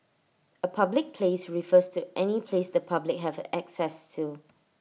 A public place refers to any place the public have access to